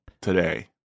today